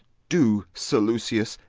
do, sir lucius,